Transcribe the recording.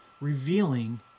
revealing